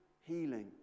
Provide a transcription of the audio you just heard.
healing